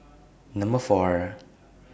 Number four